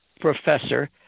professor